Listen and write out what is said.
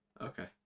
Okay